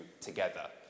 together